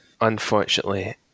unfortunately